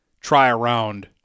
try-around